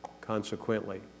consequently